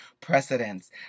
precedents